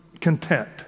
content